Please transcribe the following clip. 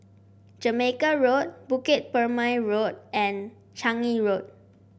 Jamaica Road Bukit Purmei Road and Changi Road